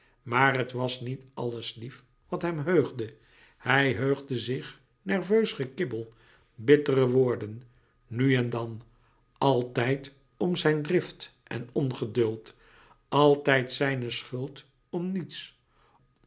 maar het was niet alles lief wat hem heugde hij heugde zich nerveus gekibbel bittere woorden nu en dan altijd om zijn drift en ongeduld altijd zijne schuld om niets